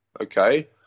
Okay